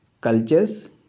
cultures